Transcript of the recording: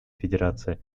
федерация